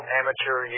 amateur